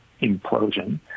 implosion